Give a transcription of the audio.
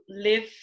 live